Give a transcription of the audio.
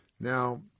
Now